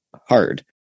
hard